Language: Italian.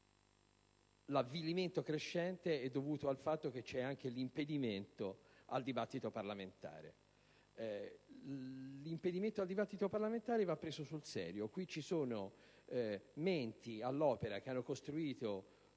l'avvilimento crescente è dovuto al fatto che c'è anche un impedimento al dibattito parlamentare. L'impedimento al dibattito parlamentare va preso sul serio: ci sono menti che sono state